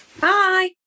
Bye